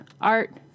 art